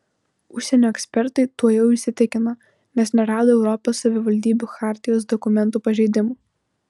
užsienio ekspertai tuo jau įsitikino nes nerado europos savivaldybių chartijos dokumentų pažeidimų